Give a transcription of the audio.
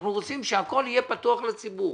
אנחנו רוצים שהכול יהיה פתוח לציבור.